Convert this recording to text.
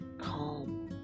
calm